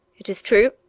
it is true,